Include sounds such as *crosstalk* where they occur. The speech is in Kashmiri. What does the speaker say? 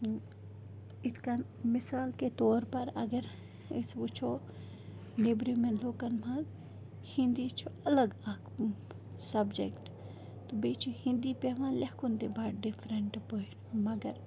*unintelligible* یِتھ کَن مِثال کے طور پر اگر أسۍ وٕچھو نٮ۪برِمٮ۪ن لوٗکَن منٛز ہِنٛدی چھُ اَلَگ اکھ سَبجَکٹ تہٕ بیٚیہِ چھِ ہِنٛدی پٮ۪وان لٮ۪کھُن تہِ بَڑٕ ڈِفرَنٛٹ پٲٹھۍ مگر